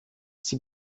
sie